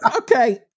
Okay